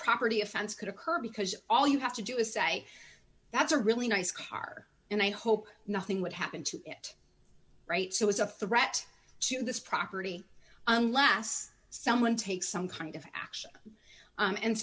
property offense could occur because all you have to do is say that's a really nice car and i hope nothing would happen to it right so it's a threat to this property unless someone takes some kind of